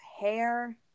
hair